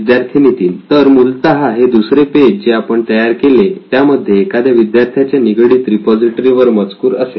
विद्यार्थी नितीन तर मूलतः हे दुसरे पेज जे आपण तयार केले त्यामध्ये एखाद्या विद्यार्थ्याच्या निगडीत रिपॉझिटरी वर मजकूर असेल